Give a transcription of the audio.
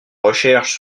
recherches